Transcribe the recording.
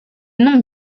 nom